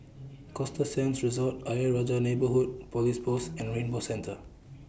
Costa Sands Resort Ayer Rajah Neighbourhood Police Post and Rainbow Centre